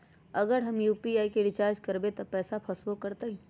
अगर हम यू.पी.आई से रिचार्ज करबै त पैसा फसबो करतई?